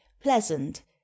Pleasant